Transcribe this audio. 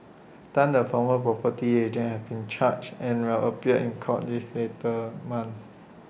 Tan the former property agent has been charged and will appear in court this later month